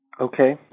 Okay